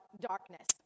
darkness